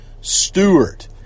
Stewart